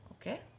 Okay